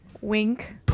wink